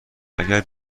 اگر